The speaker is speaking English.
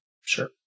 Sure